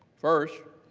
first,